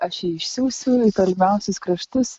aš jį išsiųsiu į tolimiausius kraštus